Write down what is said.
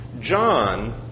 John